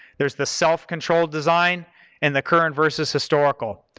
there's the self-controlled design and the current versus historical.